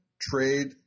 trade